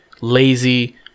lazy